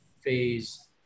phase